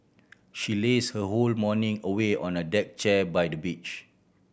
she laze her whole morning away on the deck chair by the beach